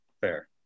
Fair